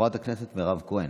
חברת הכנסת מירב כהן.